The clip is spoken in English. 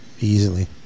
easily